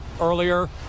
earlier